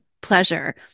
pleasure